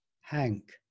Hank